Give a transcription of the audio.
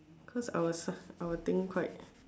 cause I will cir~ I will think quite